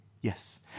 yes